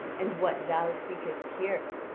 and what thou seekest here